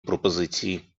пропозиції